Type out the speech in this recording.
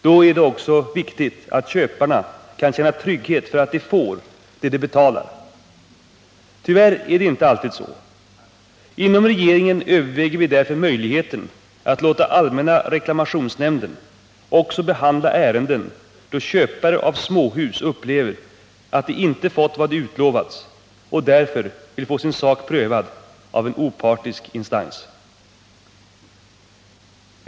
Därför är det också viktigt att köparna kan känna trygghet för att de får det de betalar för. Tyvärr är det inte alltid så. Inom regeringen överväger vi därför möjligheten att låta allmänna reklamationsnämnden också behandla ärenden då köpare av småhus upplever att de inte fått vad de utlovats och därför vill få sin sak prövad av en opartisk instans.